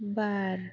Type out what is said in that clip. बार